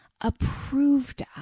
approved